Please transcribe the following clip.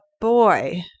boy